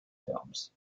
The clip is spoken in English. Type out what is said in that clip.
films